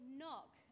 knock